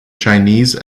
chinese